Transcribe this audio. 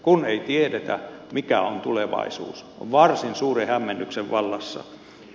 kun ei tiedetä mikä on tulevaisuus ollaan varsin suuren hämmennyksen vallassa